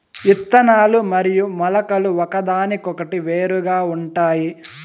ఇత్తనాలు మరియు మొలకలు ఒకదానికొకటి వేరుగా ఉంటాయి